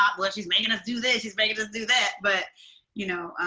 um well, she's making us do this, she's making us do that, but you know